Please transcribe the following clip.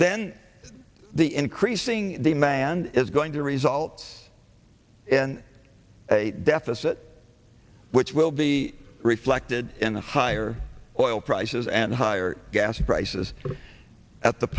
then the increasing demand is going to result in a deficit which will be reflected in the higher oil prices and higher gas prices at the